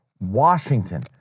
Washington